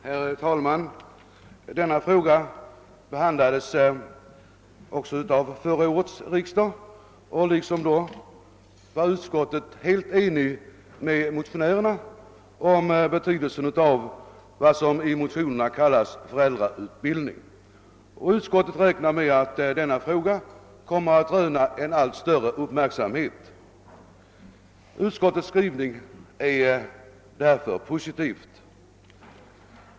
Herr talman! Frågan om föräldrautbildning behandlades också av förra årets riksdag och liksom då var utskottet helt överens med motionärerna om betydelsen av vad som i motionerna menas med sådan utbildning. Utskottet räknar med att denna fråga kommer att röna allt större uppmärksamhet och utskottets skrivning är därför positiv.